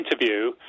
interview